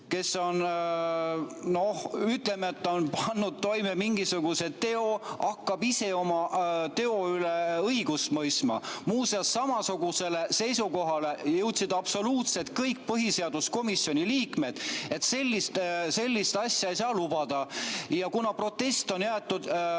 kes on, ütleme, pannud toime mingisuguse teo, hakkab ise oma teo üle õigust mõistma. Muuseas, samasugusele seisukohale jõudsid absoluutselt kõik põhiseaduskomisjoni liikmed, et sellist asja ei saa lubada. Kuna protest on